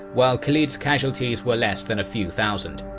while khalid's casualties were less than a few thousand.